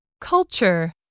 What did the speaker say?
Culture